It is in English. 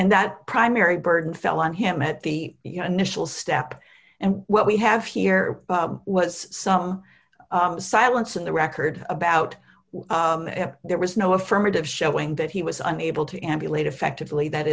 and that primary burden fell on him at the initial step and what we have here was some silence in the record about why there was no affirmative showing that he was unable to emulate effectively that